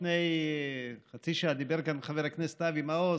לפני חצי שעה דיבר כאן חבר הכנסת אבי מעוז.